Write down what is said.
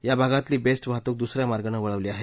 या भागातली बेस्ट वाहतूक दुसऱ्या मार्गानं वळवली आहे